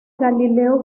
galileo